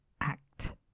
act